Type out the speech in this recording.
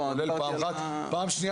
שנית,